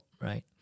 right